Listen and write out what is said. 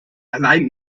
alleine